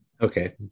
Okay